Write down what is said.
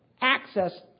access